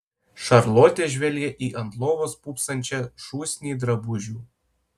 šarlotė žvelgė į ant lovos pūpsančią šūsnį drabužių